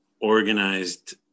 organized